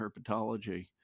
herpetology